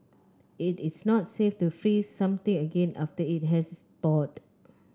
it is not safe to freeze something again after it has thawed